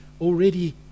already